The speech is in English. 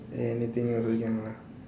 anything also can lah